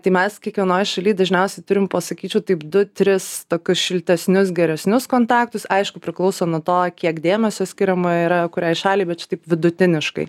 tai mes kiekvienoj šaly dažniausiai turim pasakyčiau taip du tris tokius šiltesnius geresnius kontaktus aišku priklauso nuo to kiek dėmesio skiriama yra kuriai šaliai bet čia taip vidutiniškai